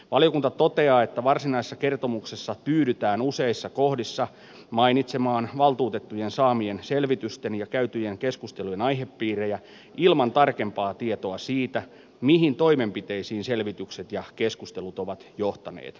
valiokunta toteaa että varsinaisessa kertomuksessa tyydytään useissa kohdissa mainitsemaan valtuutettujen saamien selvitysten ja käytyjen keskustelujen aihepiirejä ilman tarkempaa tietoa siitä mihin toimenpiteisiin selvitykset ja keskustelut ovat johtaneet